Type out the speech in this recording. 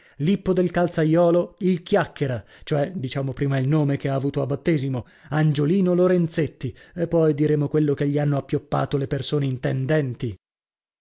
lippo del calzaiolo il chiacchiera cioè diciamo prima il nome che ha avuto a battesimo angiolino lorenzetti e poi diremo quello che gli hanno appioppato le persone intendenti